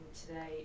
today